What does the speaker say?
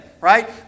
right